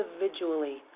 individually